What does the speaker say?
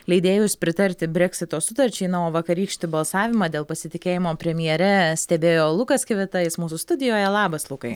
leidėjus pritarti breksito sutarčiai na o vakarykštį balsavimą dėl pasitikėjimo premjere stebėjo lukas kivita jis mūsų studijoje labas lukai